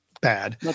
bad